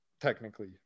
technically